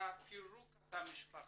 את פירוק התא המשפחתי?